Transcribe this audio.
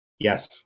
Yes